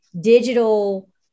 digital